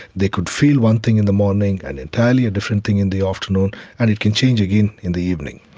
they could feel one thing in the morning and entirely a different thing in the afternoon and it can change again in the evening.